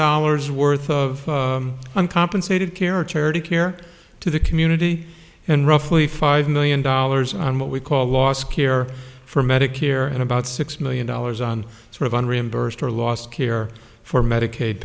dollars worth of uncompensated care charity care to the community and roughly five million dollars on what we call loss care for medicare and about six million dollars on sort of an reimbursed our last care for medicaid